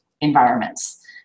environments